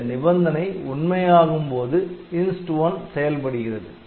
இந்த நிபந்தனை உண்மையாகும் போது Inst 1 செயல்படுகிறது